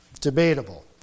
Debatable